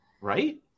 Right